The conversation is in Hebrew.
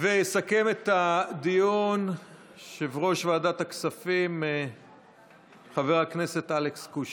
יסכם את הדיון יושב-ראש ועדת הכספים חבר הכנסת אלכס קושניר.